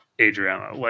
Adriana